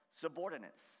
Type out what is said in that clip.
subordinates